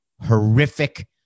horrific